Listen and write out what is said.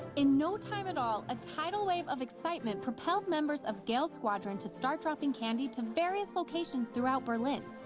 in no time at all, a tidal wave of excitement propelled members of gail's squadron to start dropping candy to various locations throughout berlin.